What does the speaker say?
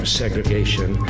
segregation